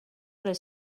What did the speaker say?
les